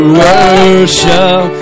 worship